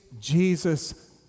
Jesus